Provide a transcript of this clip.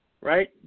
right